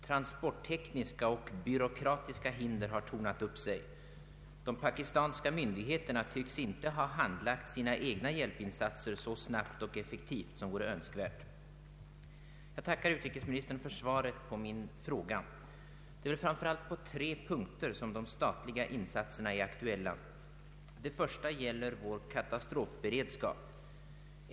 Transporttekniska och <:byråkratiska hinder har tornat upp sig. De pakistanska myndigheterna tycks inte ha handlagt sina egna hjälpinsatser så snabbt och effektivt som vore önskvärt. Jag tackar utrikesministern för svaret på min fråga. Det är framför allt på tre punkter som de statliga insatserna är aktuella. Först gäller det vår katastrofberedskap.